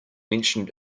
mentioned